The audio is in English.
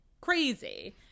crazy